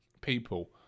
people